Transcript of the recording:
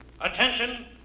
attention